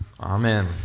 Amen